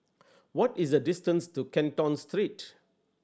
what is the distance to Canton Street